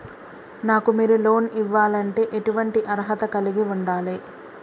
నాకు మీరు లోన్ ఇవ్వాలంటే ఎటువంటి అర్హత కలిగి వుండాలే?